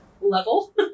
level